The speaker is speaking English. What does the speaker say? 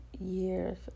years